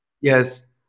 Yes